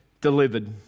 delivered